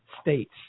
States